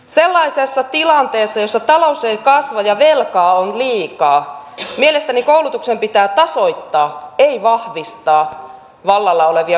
sellaisessa tilanteessa jossa talous ei kasva ja velkaa on liikaa mielestäni koulutuksen pitää tasoittaa ei vahvistaa vallalla olevia suhdanteita